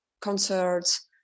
concerts